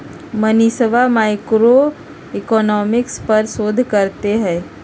मनीषवा मैक्रोइकॉनॉमिक्स पर शोध करते हई